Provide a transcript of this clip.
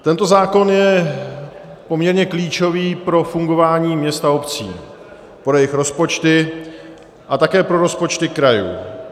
Tento zákon je poměrně klíčový pro fungování měst a obcí, pro jejich rozpočty a také pro rozpočty krajů.